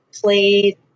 played